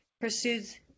pursues